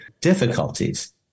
difficulties